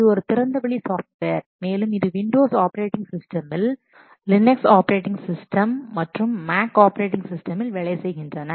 இது ஒரு திறந்த வெளி சாஃப்ட்வேர் மேலும் இது விண்டோஸ் ஆப்பரேட்டிங் சிஸ்டமில் லினக்ஸ் ஆப்பரேட்டிங் சிஸ்டமின் மற்றும் MAC ஆப்பரேட்டிங் சிஸ்டமில் வேலை செய்கின்றன